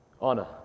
honor